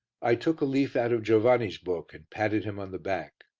i took a leaf out of giovanni's book and patted him on the back.